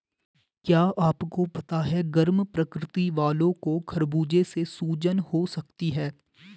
क्या आपको पता है गर्म प्रकृति वालो को खरबूजे से सूजन हो सकती है?